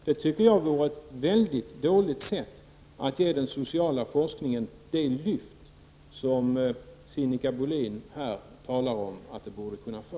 Det tycker jag vore ett mycket dåligt sätt att ge den sociala forskningen det lyft som Sinikka Bohlin här talar om att den borde kunna få.